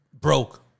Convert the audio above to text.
broke